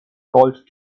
called